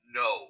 no